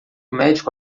médico